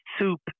soup